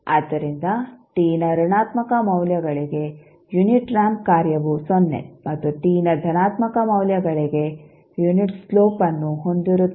ಆದ್ದರಿಂದ t ನ ಋಣಾತ್ಮಕ ಮೌಲ್ಯಗಳಿಗೆ ಯುನಿಟ್ ರಾಂಪ್ ಕಾರ್ಯವು ಸೊನ್ನೆ ಮತ್ತು t ನ ಧನಾತ್ಮಕ ಮೌಲ್ಯಗಳಿಗೆ ಯುನಿಟ್ ಸ್ಲೊಪ್ಅನ್ನು ಹೊಂದಿರುತ್ತದೆ